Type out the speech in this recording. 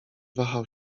wahał